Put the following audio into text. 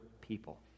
people